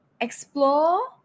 explore